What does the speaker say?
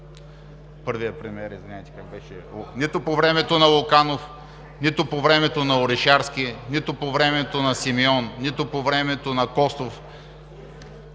първия премиер – извинявайте, как беше, нито по времето на Луканов, нито по времето на Орешарски, нито по времето на Симеон, нито по времето на Костов…